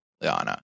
Liana